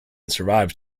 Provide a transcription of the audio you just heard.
survived